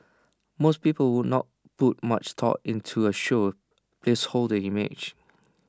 most people would not put much thought into A show's placeholder image